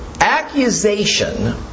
accusation